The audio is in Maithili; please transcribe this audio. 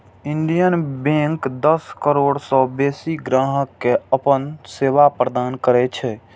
इंडियन बैंक दस करोड़ सं बेसी ग्राहक कें अपन सेवा प्रदान करै छै